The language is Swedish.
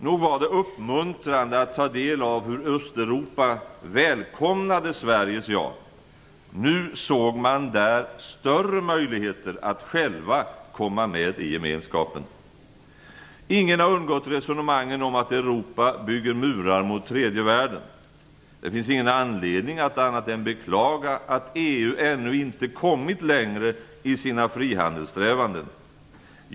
Det var uppmuntrande att ta del av hur Östeuropa välkomnade Sveriges ja. Nu såg man där större möjligheter att själv komma med i gemenskapen. Ingen har undgått resonemangen om att Europa bygger murar mot tredje världen. Det finns ingen anledning att annat än beklaga att EU ännu inte kommit längre i sina frihandelssträvanden.